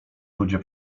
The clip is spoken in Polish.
ludzie